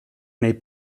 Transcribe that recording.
nei